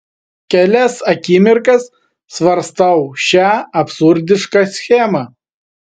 kelias akimirkas svarstau šią absurdišką schemą